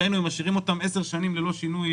ראינו, משאירים אותם עשר שנים ללא שינוי